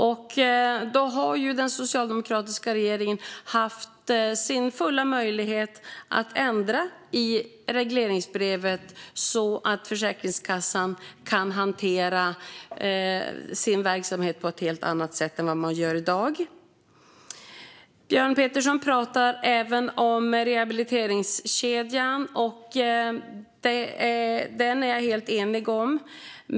Regeringen har alltså haft sin fulla möjlighet att ändra i regleringsbrevet så att Försäkringskassan kan hantera sin verksamhet på ett helt annat sätt än man gör i dag. Björn Petersson talar även om rehabiliteringskedjan, och där är jag helt enig med honom.